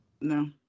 No